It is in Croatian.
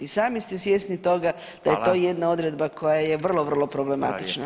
I sami ste svjesni toga da je to jedna odredba koja je vrlo vrlo problematična.